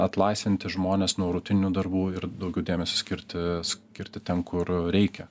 atlaisvinti žmones nuo rutininių darbų ir daugiau dėmesio skirti skirti ten kur reikia